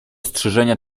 strzyżenia